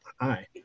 hi